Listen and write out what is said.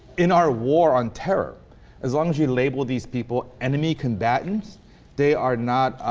in our war on terror as long as you label these people enemy combatants they are not